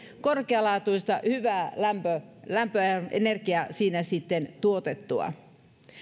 korkealaatuista hyvää lämpöä lämpöä ja energiaa siinä tuotettua